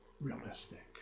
realistic